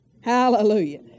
Hallelujah